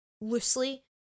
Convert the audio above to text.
loosely